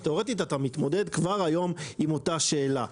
אז תיאורטית אתה מתמודד כבר היום עם אותה שאלה.